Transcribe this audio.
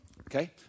Okay